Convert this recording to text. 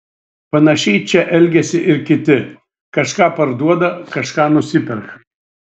panašiai čia elgiasi ir kiti kažką parduoda kažką nusiperka